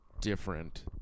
different